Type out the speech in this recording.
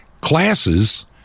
classes